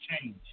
change